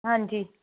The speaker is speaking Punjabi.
ਹਾਂਜੀ